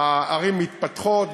הערים מתפתחות,